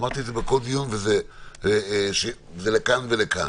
וזה לכאן ולכאן.